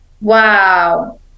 Wow